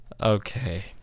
Okay